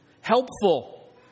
Helpful